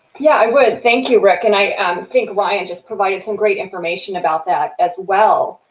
yeah, i would. thank you, rick. and i ah um think ryan just provided some great information about that as well.